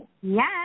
Yes